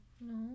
No